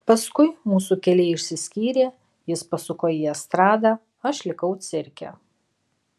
paskui mūsų keliai išsiskyrė jis pasuko į estradą aš likau cirke